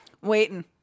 Waiting